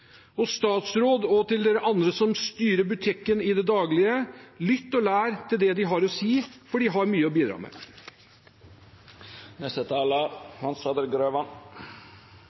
dere andre som styrer butikken i det daglige, om å lytte og lære av det de har å si, for de har mye å bidra med.